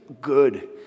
good